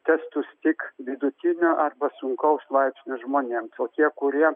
testus tik vidutinio arba sunkaus laipsnio žmonėms o tie kurie